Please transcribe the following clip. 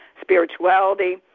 spirituality